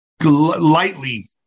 lightly